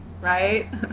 Right